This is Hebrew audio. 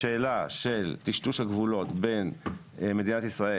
השאלה של טשטוש הגבולות בין מדינת ישראל